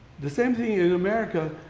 the same thing in america.